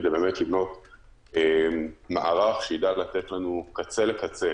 כדי לבנות מערך שידע מקצה לקצה,